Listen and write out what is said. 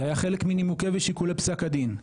זה היה חלק מנימוקי ושיקולי פסק הדין,